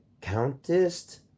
countess